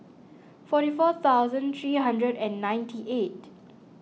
forty four thousand three hundred and ninety eight